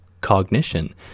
cognition